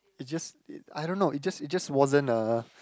it just i~ I don't know it just it just wasn't a